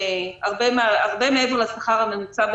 הרבה מעבר לשכר הממוצע,